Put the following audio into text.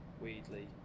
Weirdly